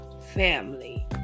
family